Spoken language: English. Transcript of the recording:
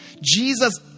Jesus